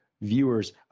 viewers